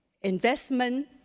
investment